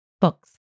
books